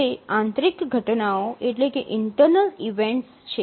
તે આંતરિક ઘટનાઓ છે